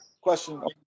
question